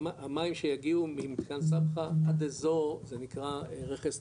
המים שיגיע ממתקן סבחה, עד אזור זה נקרא רכס נוצה,